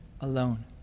alone